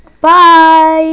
Bye